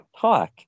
talk